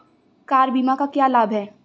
Car बीमा का क्या लाभ है?